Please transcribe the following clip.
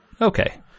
Okay